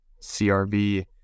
CRV